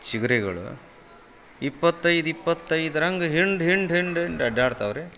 ಚಿಗರೆಗಳು ಇಪ್ಪತ್ತೈದು ಇಪ್ಪತ್ತೈದ್ರಂಗೆ ಹಿಂಡು ಹಿಂಡು ಹಿಂಡು ಹಿಂಡು ಅಡ್ಡಾಡ್ತಾವೆ ರೀ